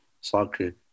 soccer